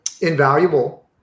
invaluable